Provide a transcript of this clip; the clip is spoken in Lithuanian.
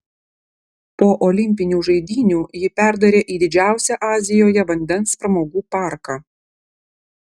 po olimpinių žaidynių jį perdarė į didžiausią azijoje vandens pramogų parką